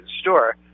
store